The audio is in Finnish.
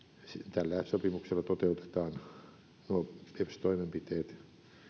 tällä sopimuksella toteutetaan nuo beps toimenpiteet